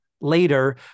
later